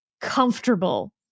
comfortable